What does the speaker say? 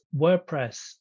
WordPress